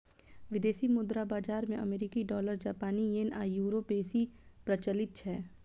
विदेशी मुद्रा बाजार मे अमेरिकी डॉलर, जापानी येन आ यूरो बेसी प्रचलित छै